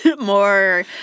More